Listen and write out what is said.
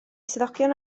swyddogion